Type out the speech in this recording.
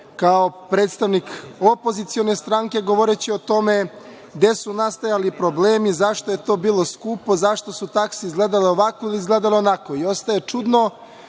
kao predstavnik opozicione stranke, govoreći o tome gde su nastajali problemi, zašto je to bilo skupo, zašto su takse izgledale ovako ili izgledale onako. Ostaje čudno